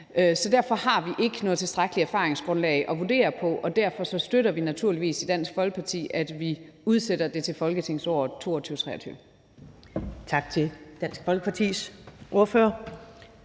Så derfor har vi ikke noget tilstrækkeligt erfaringsgrundlag at vurdere på, og derfor støtter vi naturligvis i Dansk Folkeparti, at vi udsætter det til folketingsåret 2022-23.